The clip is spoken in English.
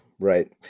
Right